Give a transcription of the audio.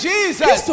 Jesus